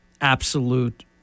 absolute